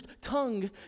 tongue